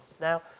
Now